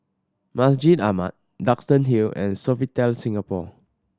Masjid Ahmad Duxton Hill and Sofitel Singapore